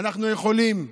אנחנו יכולים,